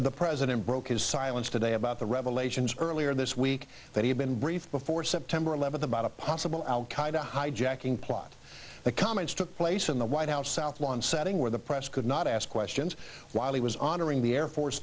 hijackings the president broke his silence today about the revelations earlier this week that he'd been briefed before september eleventh about a possible al qaeda hijacking plot the comments took place in the white house south lawn setting where the press could not ask questions while he was honoring the air force